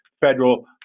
federal